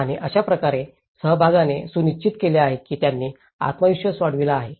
आणि अशा प्रकारे सहभागाने हे सुनिश्चित केले आहे की त्यांनी आत्मविश्वास वाढविला आहे